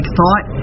thought